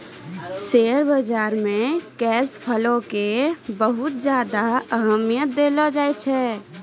share बाजार मे cash flow के बहुत ज्यादा अहमियत देलो जाए छै